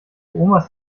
omas